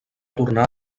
tornar